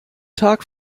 tag